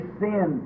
sin